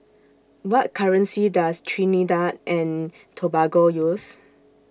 What currency Does Trinidad and Tobago use